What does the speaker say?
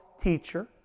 teacher